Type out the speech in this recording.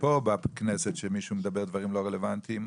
פה בכנסת כשמישהו מדבר דברים לא רלוונטיים,